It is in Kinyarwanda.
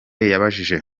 yabajije